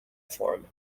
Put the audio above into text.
form